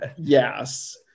Yes